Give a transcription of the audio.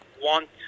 want